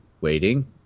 Waiting